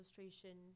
illustration